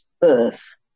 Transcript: birth